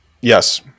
Yes